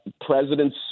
presidents